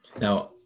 Now